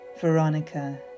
Veronica